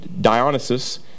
Dionysus